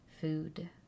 Food